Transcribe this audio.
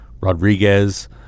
Rodriguez